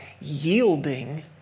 yielding